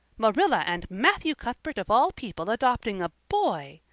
marilla and matthew cuthbert of all people adopting a boy!